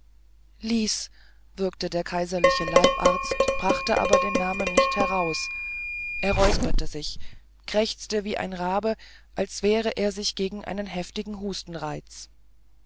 lis würgte der kaiserliche leibarzt brachte aber den namen nicht heraus er räusperte sich krächzend wie ein rabe als wehre er sich gegen einen heftigen hustenreiz